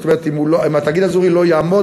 זאת אומרת אם התאגיד האזורי לא יעמוד